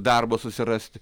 darbą susirasti